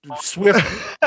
swift